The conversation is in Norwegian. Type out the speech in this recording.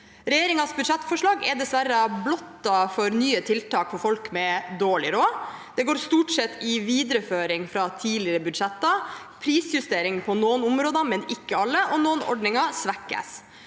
Regjeringens budsjettforslag er dessverre blottet for nye tiltak for folk med dårlig råd. Det går stort sett i videreføring fra tidligere budsjetter, prisjustering på noen områder, men ikke alle, og noen ordninger svekkes.